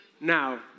Now